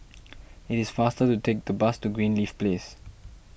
it is faster to take the bus to Greenleaf Place